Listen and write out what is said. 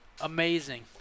Amazing